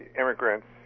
immigrants